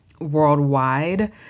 worldwide